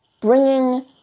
bringing